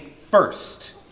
first